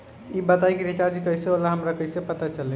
ई बताई कि रिचार्ज कइसे होला हमरा कइसे पता चली?